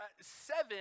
seven